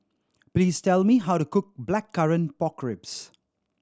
please tell me how to cook Blackcurrant Pork Ribs